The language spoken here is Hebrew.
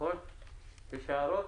האם יש הערות?